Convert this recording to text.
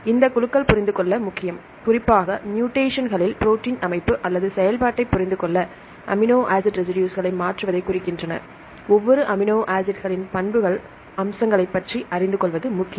இந்த குழுக்கள் புரிந்து கொள்ள முக்கியம் குறிப்பாக மூடேஷன்களில் ப்ரோடீன் அமைப்பு அல்லது செயல்பாட்டைப் புரிந்துகொள்ள அமினோ ஆசிட் ரெசிடுஸ்களை மாற்றுவதைக் குறிக்கின்றன ஒவ்வொரு அமினோ ஆசிட்களின் பண்புகள் அம்சங்களைப் பற்றி அறிந்து கொள்வது முக்கியம்